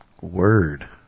Word